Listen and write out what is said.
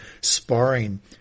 sparring